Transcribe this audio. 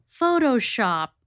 Photoshop